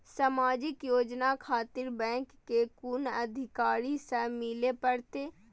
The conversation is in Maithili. समाजिक योजना खातिर बैंक के कुन अधिकारी स मिले परतें?